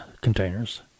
containers